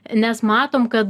nes matom kad